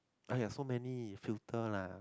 !aiya! so many filter lah